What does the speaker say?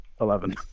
Eleven